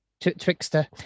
Twixter